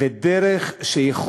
דרך שכל